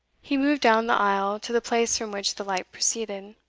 he moved down the aisle to the place from which the light proceeded.